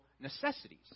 necessities